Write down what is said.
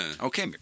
Okay